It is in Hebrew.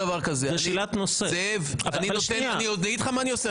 אני אגיד לך מה אני עושה.